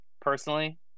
personally